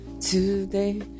Today